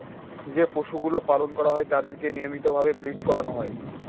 যে পশুগুলো পালন করা হয় তাদেরকে নিয়মিত ভাবে ব্রীড করানো হয়